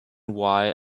why